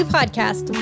Podcast